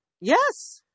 Yes